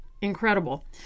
incredible